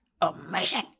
amazing